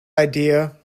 idea